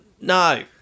no